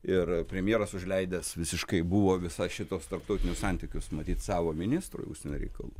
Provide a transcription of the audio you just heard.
ir premjeras užleidęs visiškai buvo visa šituos tarptautinius santykius matyt savo ministrui užsienio reikalų